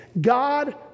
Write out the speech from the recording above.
God